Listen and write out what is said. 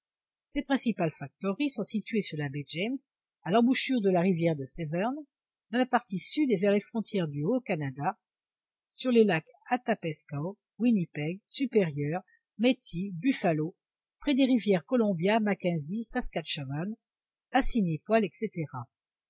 ses principales factoreries sont situées sur la baie james à l'embouchure de la rivière de severn dans la partie sud et vers les frontières du haut canada sur les lacs athapeskow winnipeg supérieur methye buffalo près des rivières colombia mackenzie saskatchawan assinipoil etc